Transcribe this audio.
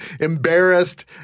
embarrassed